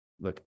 look